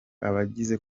abagize